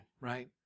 right